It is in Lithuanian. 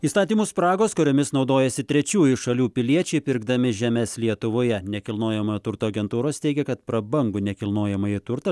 įstatymų spragos kuriomis naudojasi trečiųjų šalių piliečiai pirkdami žemes lietuvoje nekilnojamojo turto agentūros teigia kad prabangų nekilnojamąjį turtą